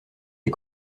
les